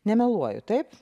nemeluoju taip